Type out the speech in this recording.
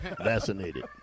Vaccinated